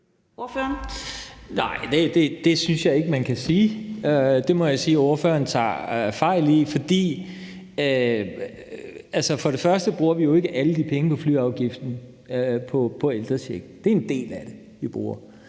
det synes jeg ikke man kan sige. Det må jeg sige at ordføreren tager fejl i. For det første bruger vi jo ikke alle de penge fra flyafgiften på ældrechecken. Det er en del af dem, vi bruger.